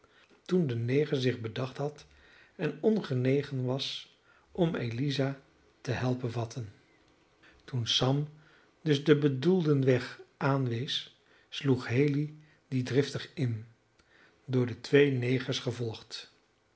toen de neger zich bedacht had en ongenegen was om eliza te helpen vatten toen sam dus den bedoelden weg aanwees sloeg haley dien driftig in door de twee negers gevolgd